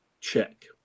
check